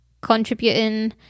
contributing